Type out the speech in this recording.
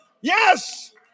Yes